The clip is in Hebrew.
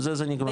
בזה זה נגמר.